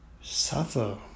suffer